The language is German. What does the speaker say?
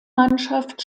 mannschaft